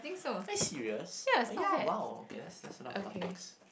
are you serious oh ya !woah! okay that's that's a lot of topics